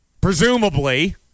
Presumably